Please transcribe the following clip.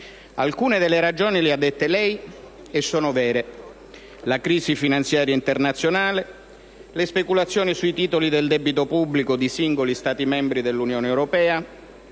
Alcune delle ragioni le ha dette lei, e sono vere: la crisi finanziaria internazionale, le speculazioni sui titoli del debito pubblico di singoli Stati membri dell'Unione europea